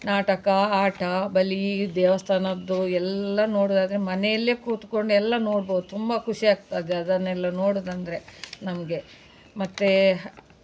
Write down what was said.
ನಾಟಕ ಆಟ ಬಲಿ ದೇವಸ್ಥಾನದ್ದು ಎಲ್ಲ ನೋಡೋದಾದ್ರೆ ಮನೆಯಲ್ಲೆ ಕೂತ್ಕೊಂಡು ಎಲ್ಲ ನೋಡ್ಬೋದು ತುಂಬ ಖುಷಿ ಆಗ್ತದೆ ಅದನ್ನೆಲ್ಲ ನೋಡೋದಂದ್ರೆ ನಮಗೆ ಮತ್ತೆ